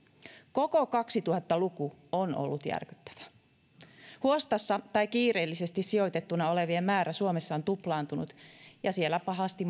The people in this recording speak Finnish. koko kaksituhatta luku on ollut järkyttävä huostassa tai kiireellisesti sijoitettuna olevien määrä suomessa on tuplaantunut ja siellä pahasti